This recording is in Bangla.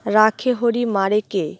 রাখে হরি মারে কে